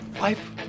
life